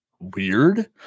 weird